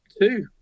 two